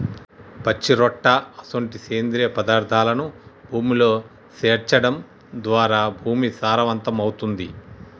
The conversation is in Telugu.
పచ్చిరొట్ట అసొంటి సేంద్రియ పదార్థాలను భూమిలో సేర్చడం ద్వారా భూమి సారవంతమవుతుంది